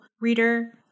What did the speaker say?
reader